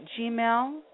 gmail